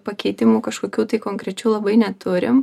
pakeitimų kažkokių tai konkrečių labai neturim